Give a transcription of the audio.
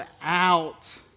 out